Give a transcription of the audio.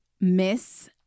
miss